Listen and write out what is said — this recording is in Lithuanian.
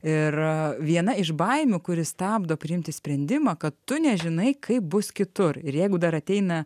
ir viena iš baimių kuri stabdo priimti sprendimą kad tu nežinai kaip bus kitur ir jeigu dar ateina